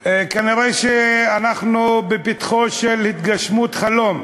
כנראה אנחנו בפתחה של התגשמות חלום.